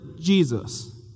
Jesus